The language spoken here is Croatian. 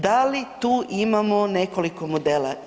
Da li tu imamo nekoliko modela?